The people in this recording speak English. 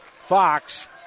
Fox